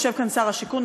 יושב כאן שר השיכון,